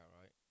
right